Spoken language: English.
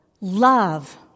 Love